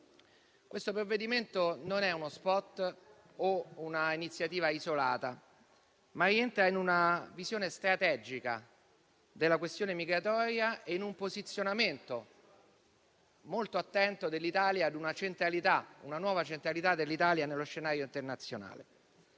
Questo provvedimento non è uno *spot* o un'iniziativa isolata, ma rientra in una visione strategica della questione migratoria e in un posizionamento molto attento dell'Italia, che acquisisce nuova centralità nello scenario internazionale,